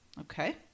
Okay